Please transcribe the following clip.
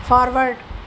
forward